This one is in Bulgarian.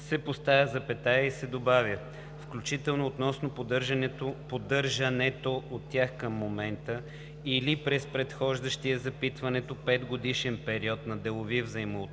се поставя запетая и се добавя „включително относно поддържането от тях към момента или през предхождащия запитването петгодишен период на делови взаимоотношения